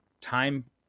time